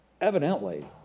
evidently